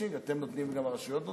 אתם נותנים וגם הרשויות נותנות,